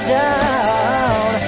down